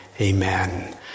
Amen